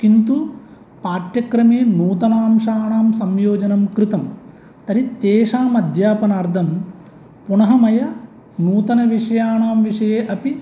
किन्तु पाठ्यक्रमे नूतनांशानां संयोजनं कृतं तर्हि तेषाम् अध्यापनार्थं पुनः मया नूतनविषयाणां विषये अपि